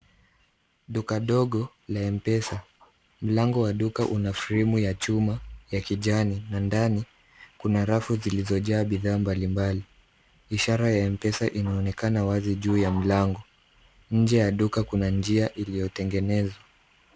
Duka ndogo la mpesa. Mlango wa duka una fremu ya chuma ya kijani na ndani kuna rafu zilizojaa bidhaa mbalimbali. Ishara ya mpesa inaonekana wazi juu ya mlango. Nje ya duka kuna njia iliyotengenezwa.